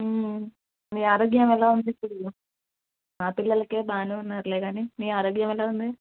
మీ ఆరోగ్యం ఎలా ఉంది ఇప్పుడు మా పిల్లలకి ఏ బాగానే ఉన్నారులే గానీ నీ ఆరోగ్యం ఎలా ఉంది